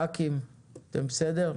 ח"כים אתם בסדר?